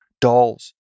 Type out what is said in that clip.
dolls